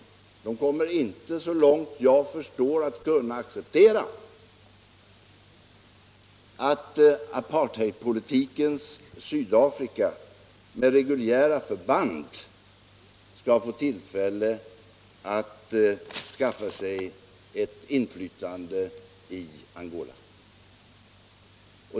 De kommer inte, så långt jag förstår, att kunna acceptera att apartheidpolitikens Sydafrika med reguljära förband får tillfälle skaffa sig inflytande i Angola.